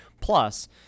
plus